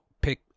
pick